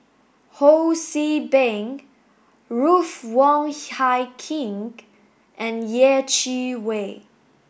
Ho See Beng Ruth Wong Hie King and Yeh Chi Wei